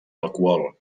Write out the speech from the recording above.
alcohol